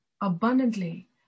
abundantly